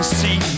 see